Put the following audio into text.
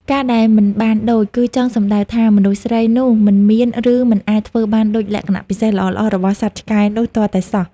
ការដែល "មិនបានដូច" គឺចង់សំដៅថា មនុស្សស្រីនោះមិនមាន ឬមិនអាចធ្វើបានដូចលក្ខណៈពិសេសល្អៗរបស់សត្វឆ្កែនោះទាល់តែសោះ។